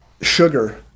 sugar –